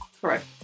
Correct